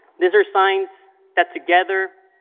these are signs that, together,